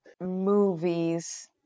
movies